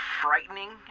frightening